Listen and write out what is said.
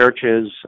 churches